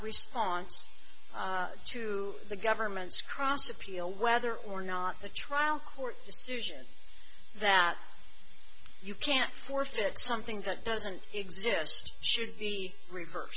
response to the government's cross appeal whether or not the trial court decision that you can't force to something that doesn't exist should be reverse